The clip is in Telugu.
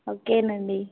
ఓకేనండి